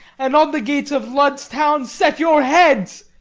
and on the gates of lud's town set your heads.